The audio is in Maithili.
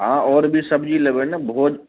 हँ आओर भी सबजी लेबै ने भोज